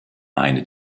eine